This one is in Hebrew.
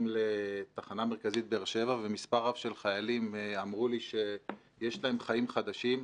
לתחנה מרכזית באר שבע ומספר רב של חיילים אמרו לי שיש להם חיים חדשים.